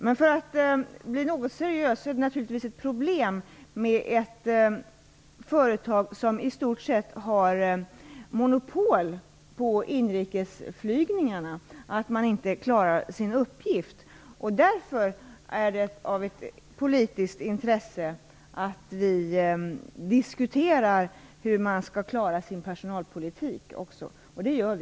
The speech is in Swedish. Jag skall bli något seriös och säga att det naturligtvis är ett problem när ett företag som i stort sett har monopol på inrikesflygningarna inte klarar av sin uppgift. Därför är det av politiskt intresse att vi också diskuterar hur man skall klara av sin personalpolitik. Det gör vi.